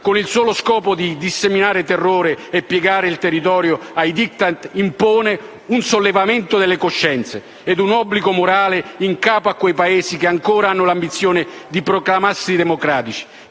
con il solo scopo di disseminare terrore e piegare un territorio ad un *Diktat*, impone un sollevamento delle coscienze ed un obbligo morale in capo a quei Paesi che ancora hanno l'ambizione di proclamarsi democratici